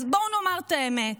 אז בואו נאמר את האמת,